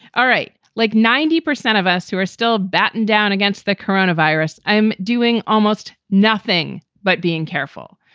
all right. like ninety percent of us who are still battened down against the coronavirus. i'm doing almost nothing but being careful.